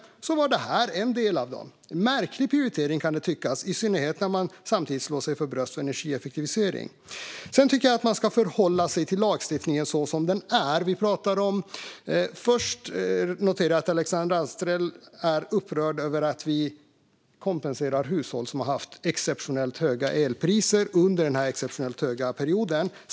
Det kan tyckas vara en märklig prioritering, i synnerhet när man samtidigt slår sig för bröstet för energieffektivisering. Jag tycker att man ska förhålla sig till lagstiftningen så som den är. Jag noterade att Alexandra Anstrell är upprörd över att vi kompenserar hushåll som har haft exceptionellt höga elpriser under denna exceptionella period.